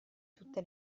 tutte